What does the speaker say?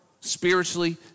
Spiritually